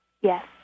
Yes